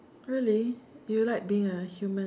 really you like being a human